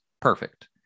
perfect